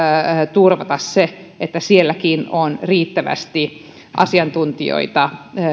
turvata se että sielläkin on riittävästi asiantuntijoita